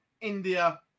India